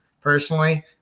personally